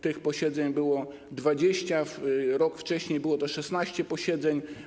Tych posiedzeń było 20, a rok wcześniej było 16 posiedzeń.